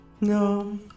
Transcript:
no